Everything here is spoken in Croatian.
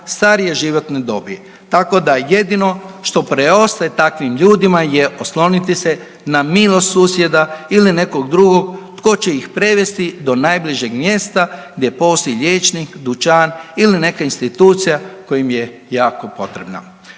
starije životne dobi, tako da jedino što preostaje takvim ljudima je osloniti se na milost susjeda ili nekog drugog tko će ih prevesti do najbližeg mjesta gdje postoji liječnik, dućan ili neka institucija koja im je jako potrebna.